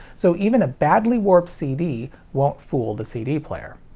so even a badly warped cd won't fool the cd player.